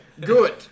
Good